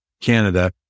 Canada